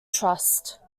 trust